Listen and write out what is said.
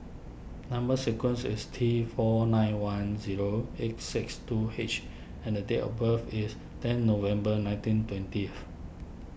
Number Sequence is T four nine one zero eight six two H and date of birth is ten November nineteen twentieth